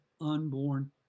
unborn